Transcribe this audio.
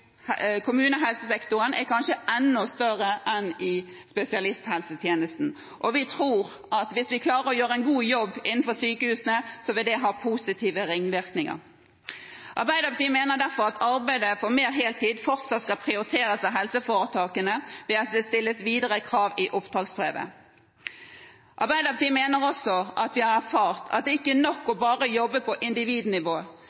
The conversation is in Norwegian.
kommunehelsesektoren kanskje er enda større enn i spesialisthelsetjenesten, og vi tror at hvis vi klarer å gjøre en god jobb innenfor sykehusene, vil det ha positive ringvirkninger. Arbeiderpartiet mener derfor at arbeidet for mer heltid fortsatt skal prioriteres av helseforetakene ved at det stilles videre krav i oppdragsbrevet. Arbeiderpartiet mener også at vi har erfart at det ikke er nok